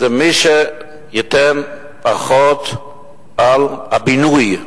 זה מי שייתן פחות על הבינוי,